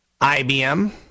IBM